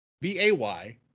B-A-Y